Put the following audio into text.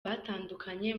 batandukanye